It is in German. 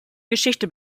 geschichte